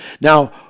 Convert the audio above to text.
now